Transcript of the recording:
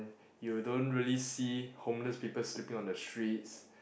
you don't really see homeless people sleeping on the streets